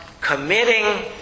committing